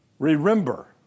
Remember